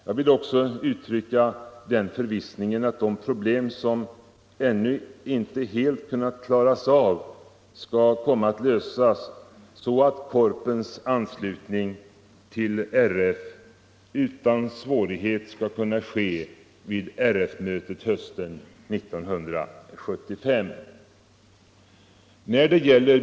Jag vill också uttrycka den förvissningen att de problem som ännu inte helt kunnat klaras av skall komma att lösas, så att beslut om Korpens anslutning till RF utan svårighet skall kunna fattas vid RF-mötet hösten 1975.